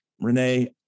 Renee